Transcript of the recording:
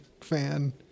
fan